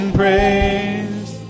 praise